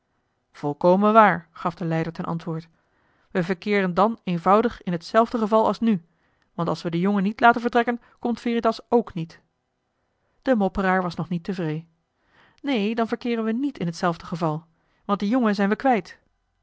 volkomen waar gaf de leider ten antwoord we verkeeren dan eenvoudig in t zelfde geval als nu want als we den jongen niet laten vertrekken komt veritas k niet de mopperaar was nog niet tevree neen dan verkeeren we niet in t zelfde geval want dien jongen zijn we kwijt